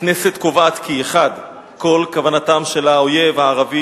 1. הכנסת קובעת כי כל כוונתו של האויב הערבי,